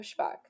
pushback